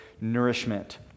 nourishment